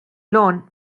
loan